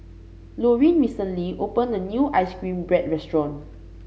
Loreen recently opened a new ice cream bread restaurant